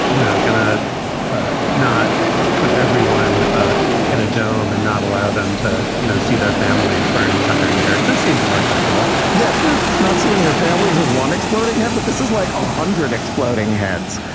you know, gonna not put everyone ah in a dome and not allow them to you know see their families for an entire year. this seems more sensible yeah, sure. it's not seeing your families as one exploding head, but this is like a hundred exploding heads.